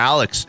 Alex